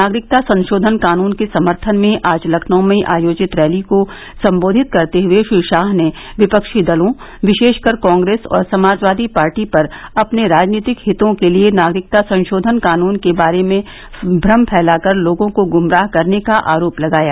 नागरिकता संशोधन कानन के समर्थन में आज लखनऊ में आयोजित रैली को संबोधित करते हुए श्री गाह ने विपक्षी दलों विशे ाकर कांग्रेस और समाजवादी पार्टी पर अपने राजनीतिक हितों के लिए नागरिकता संशोधन कानून के बारे में भ्रम फैलाकर लोगों को गुमराह करने का आरोप लगाया